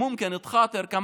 מובן שאפשר לקיים